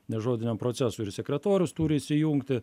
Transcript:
nes žodiniam procesui ir sekretorius turi įsijungti